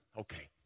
Okay